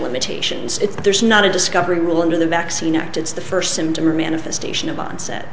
limitations if there's not a discovery rule under the vaccine act it's the first symptom or manifestation of onset